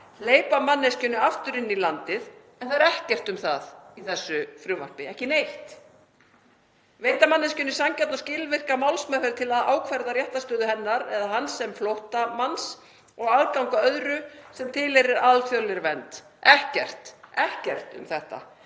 hleypa manneskjunni (aftur) inn í landið,“ — en það er ekkert um það í þessu frumvarpi, ekki neitt — „b. veita manneskjunni sanngjarna og skilvirka málsmeðferð til að ákvarða réttarstöðu hennar“ — eða hans — „sem flóttamanns og aðgang að öðru sem tilheyrir alþjóðlegri vernd,“ — ekkert um þetta